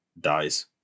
dies